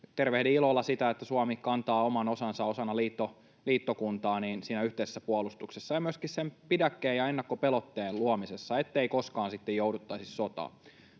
tervehdin ilolla sitä, että Suomi kantaa oman osansa osana liittokuntaa niin siinä yhteisessä puolustuksessa kuin myöskin sen pidäkkeen ja ennakkopelotteen luomisessa, ettei koskaan jouduttaisi sotaan.